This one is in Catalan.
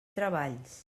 treballs